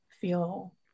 feel